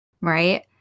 right